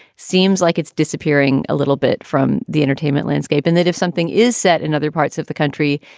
seems like it's disappearing a little bit from the entertainment landscape in that if something is set in other parts of the country,